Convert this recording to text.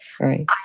Right